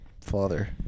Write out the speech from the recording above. father